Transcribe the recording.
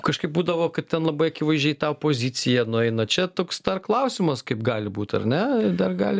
kažkaip būdavo kad ten labai akivaizdžiai į tą opoziciją nueina čia toks klausimas kaip gali būt ar ne ir dar gali